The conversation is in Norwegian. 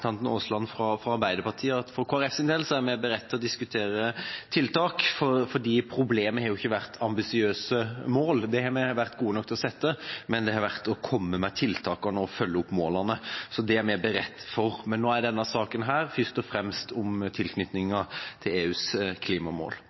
representanten Aasland fra Arbeiderpartiet at for Kristelig Folkepartis del er vi beredt til å diskutere tiltak. Problemet har jo ikke vært ambisiøse mål – det har vi vært gode nok til å sette – men det har vært å komme med tiltakene og følge opp målene. Det er vi beredt til. Men nå er denne saken først og fremst om tilknytninga til EUs klimamål.